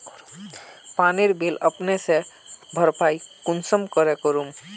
पानीर बिल अपने से भरपाई कुंसम करे करूम?